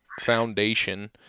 foundation